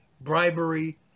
bribery